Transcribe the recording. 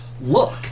look